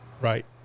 right